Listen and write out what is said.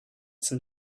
some